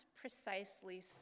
precisely